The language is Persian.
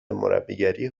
مربیگری